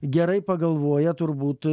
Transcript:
gerai pagalvoję turbūt